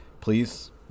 please